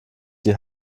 die